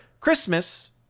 Christmas